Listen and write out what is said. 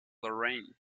lorraine